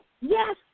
yes